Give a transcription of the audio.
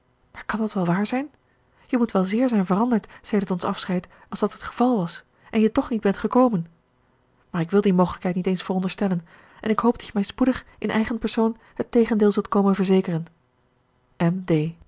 maar kan dat wel waar zijn je moet wel zeer zijn veranderd sedert ons afscheid als dat het geval was en je toch niet bent gekomen maar ik wil die mogelijkheid niet eens veronderstellen en ik hoop dat je mij spoedig in eigen persoon het tegendeel zult komen verzekeren m